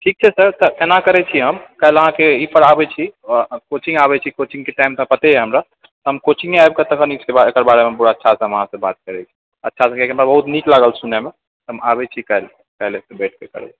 ठीक छै सर तऽ एना करै छी हम काल्हि अहाँकेँ ई पर आबैत छी कोचिङ्ग आबै छी कोचिङ्गके टाइम तऽ पते अछि हमरा हम कोचिङ्गे आबि कऽ तखन एकर बारेमे पूरा अच्छासँ हम अहाँसँ बात करैत छी अच्छासँ किआ तऽ हमरा बहुत नीक लागल सुनैमे तऽ हम आबै छी काल्हि काल्हि भेट करए